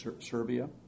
Serbia